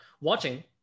watching